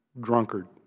drunkard